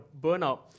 burnout